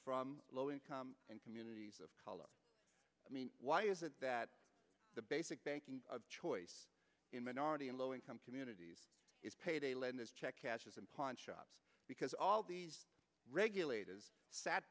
from low income communities of color i mean why is it that the basic banking of choice in minority in low income communities is payday lenders check cashers and pawn shop because all the regulators sat